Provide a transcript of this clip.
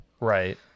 Right